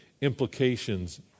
implications